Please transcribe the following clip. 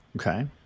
Okay